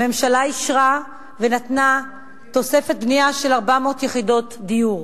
הממשלה אישרה ונתנה תוספת בנייה של 400 יחידות דיור.